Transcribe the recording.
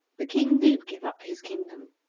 the king did give up his kingdom.